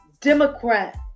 Democrat